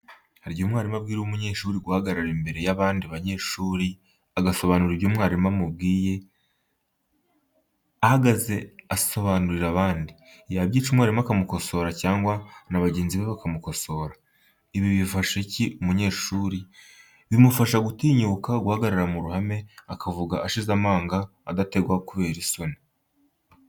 Hari igihe umwarimu abwira umunyeshuri guhagarara imbere y'abandi banyeshuri agasobanura ibyo mwarimu amubwiye ahagaze asobanurira abandi, yabyica mwarimu akamukosora cyangwa n'abagenzi be bakamukosora. Ibi bifasha iki umunyeshuri, bimufasha gutinyuka guhagarara muruhame akavuga ashize amanga adategwa kubera isoni.